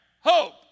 hope